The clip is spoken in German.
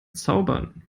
zaubern